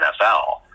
NFL